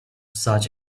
such